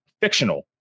fictional